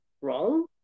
wrong